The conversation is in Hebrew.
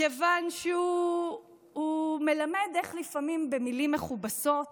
כיוון שהוא מלמד איך לפעמים במילים מכובסות